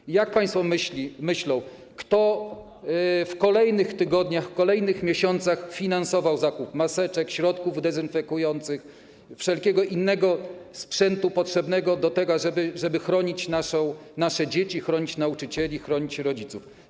I jak państwo myślą, kto w kolejnych tygodniach, w kolejnych miesiącach finansował zakup maseczek, środków dezynfekujących, wszelkiego innego sprzętu potrzebnego do tego, żeby chronić nasze dzieci, chronić nauczycieli, chronić rodziców?